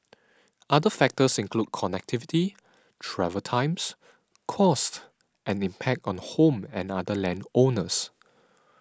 other factors include connectivity travel times costs and impact on home and other land owners